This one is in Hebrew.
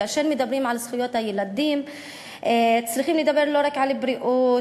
כאשר מדברים על זכויות הילדים צריכים לדבר לא רק בריאות